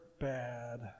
bad